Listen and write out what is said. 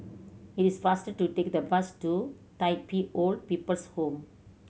it is faster to take the bus to Tai Pei Old People's Home